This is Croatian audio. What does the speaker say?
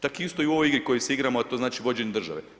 To isto u ovoj igri kojoj se igramo, a to znači vođenje države.